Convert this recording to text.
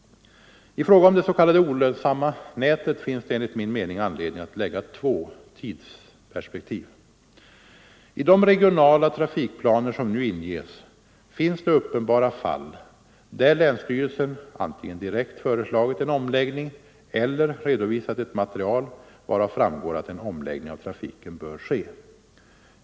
I fråga om det s.k. olönsamma nätet finns det enligt min mening anledning att lägga två tidsperspektiv. I de regionala trafikplaner som nu inges finns det uppenbara fall, där länsstyrelsen antingen direkt föreslagit en omläggning eller redovisat ett material, varav framgår att en omläggning av trafiken bör ske.